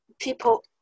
people